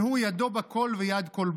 והוא, "ידו בכל ויד כל בו".